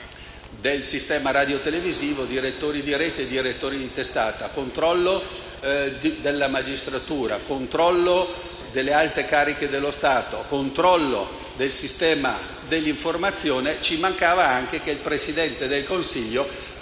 del sistema radiotelevisivo (direttori di rete e di testata). Controllo della magistratura, controllo delle alte cariche dello Stato, controllo del sistema dell'informazione; ci mancava anche che il Presidente del Consiglio potesse